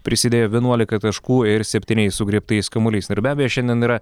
prisidėjo vienuolika taškų ir septyniais sugriebtais kamuoliais na ir be abejo šiandien yra